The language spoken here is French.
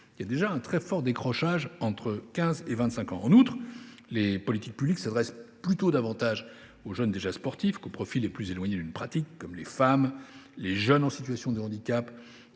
des pratiques sportives entre 15 et 25 ans. En outre, les politiques publiques s’adressent davantage aux jeunes déjà sportifs qu’aux profils les plus éloignés d’une pratique, comme les femmes, les jeunes en situation de handicap